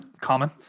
common